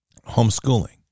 Homeschooling